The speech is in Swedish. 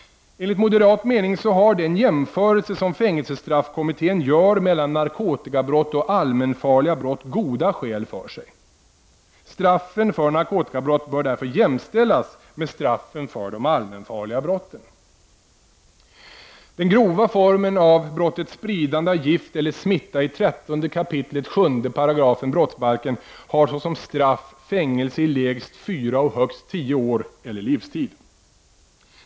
Enligt moderat mening har den jämförelse som fängelsestraffkommittén gör mellan narkotikabrott och allmänfarliga brott goda skäl för sig. Straffen för narkotikabrott bör därför jämställas med straffen för de allmänfarliga brotten. Den grova formen av brottet spridande av gift eller smitta i 13 kap. 7 § brottsbalken har såsom straff fängelse i lägst fyra och högst tio år eller livstid.